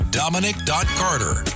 dominic.carter